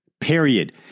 period